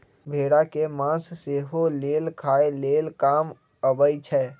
भेड़ा के मास सेहो लेल खाय लेल काम अबइ छै